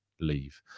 leave